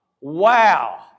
Wow